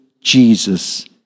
Jesus